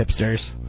hipsters